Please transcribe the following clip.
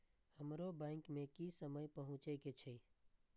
हमरो बैंक में की समय पहुँचे के छै?